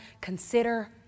Consider